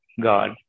God